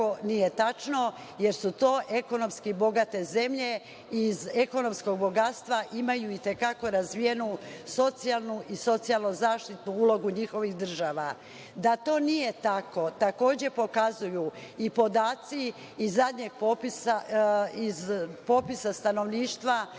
nije tačno, jer su to ekonomski bogate zemlje. Iz ekonomskog bogatstva imaju, itekako, razvijenu socijalnu i socijalno-zaštitnu ulogu njihovih država. Da to nije tako, takođe pokazuju i podaci iz zadnjeg popisa stanovništva,